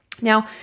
Now